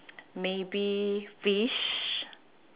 maybe fish